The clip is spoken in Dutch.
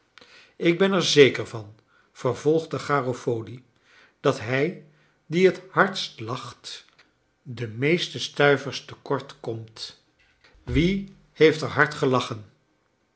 ik ben er zeker van vervolgde garofoli dat hij die het hardst lacht de meeste stuivers te kort komt wie heeft er hard gelachen